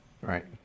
right